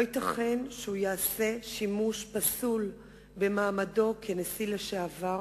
לא ייתכן שהוא יעשה שימוש פסול במעמדו כנשיא לשעבר